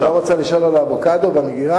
דליה, את לא רוצה לשאול על האבוקדו במגירה?